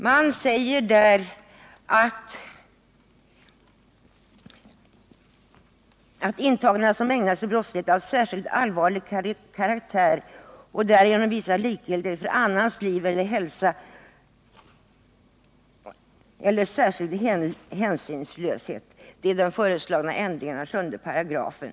Man uttalar sig där om ”intagna som ägnat sig åt annan brottslighet av särskilt allvarlig karaktär och därigenom visat likgiltighet för annans liv eller hälsa eller särskild hänsynslöshet”, som berörs av den föreslagna ändringen av 7 §.